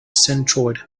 centroid